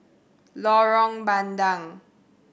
Lorong Bandang